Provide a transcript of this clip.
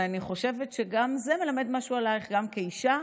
אני חושבת שגם זה מלמד משהו עלייך, כאישה,